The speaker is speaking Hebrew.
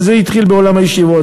זה התחיל בעולם הישיבות,